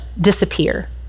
disappear